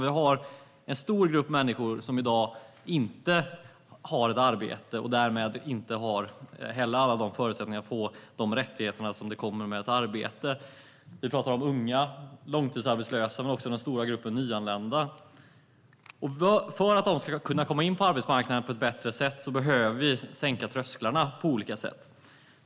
Vi har en stor grupp människor som i dag inte har ett arbete och därmed inte heller har alla förutsättningar att få de rättigheter som kommer med ett arbete. Vi talar om unga och långtidsarbetslösa men också om den stora gruppen nyanlända. För att de ska kunna komma in på arbetsmarknaden på ett bättre sätt behöver vi sänka trösklarna på olika sätt.